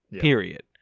period